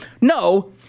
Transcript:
No